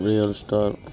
real star